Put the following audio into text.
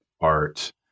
art